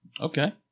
Okay